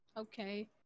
okay